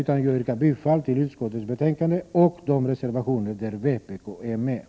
Jag yrkar bifall till de reservationer där vpk är med och i övrigt till utskottets hemställan.